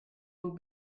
will